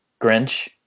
Grinch